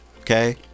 okay